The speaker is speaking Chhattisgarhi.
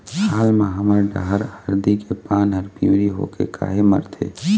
हाल मा हमर डहर हरदी के पान हर पिवरी होके काहे मरथे?